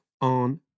on